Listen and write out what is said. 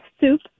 Soup